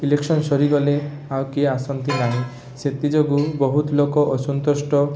election ସରିଗଲେ ଆଉ କିଏ ଆସନ୍ତି ନାହିଁ ସେଥିଯୋଗୁଁ ବହୁତ ଲୋକ ଅସନ୍ତୁଷ୍ଟ